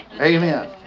Amen